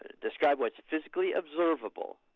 describe what is physically observable.